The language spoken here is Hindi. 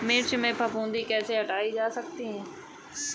मिर्च में फफूंदी कैसे हटाया जा सकता है?